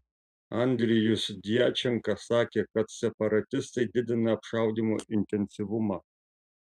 andrijus djačenka sakė kad separatistai didina apšaudymo intensyvumą